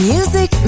Music